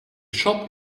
shop